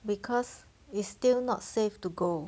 because it's still not safe to go